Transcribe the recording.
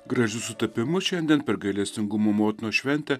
gražiu sutapimu šiandien per gailestingumo motinos šventę